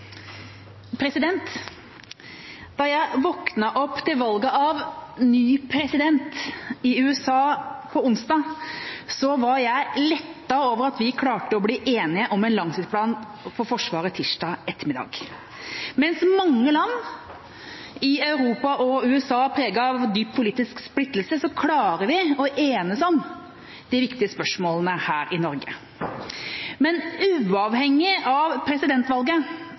president i USA på onsdag, var jeg lettet over at vi klarte å bli enige om en langtidsplan for Forsvaret tirsdag ettermiddag. Mens mange land i Europa og USA er preget av dyp politisk splittelse, klarer vi å enes om de viktige spørsmålene her i Norge. Men uavhengig av presidentvalget